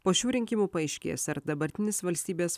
po šių rinkimų paaiškės ar dabartinis valstybės